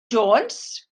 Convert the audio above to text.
jones